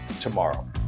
tomorrow